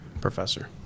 Professor